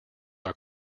are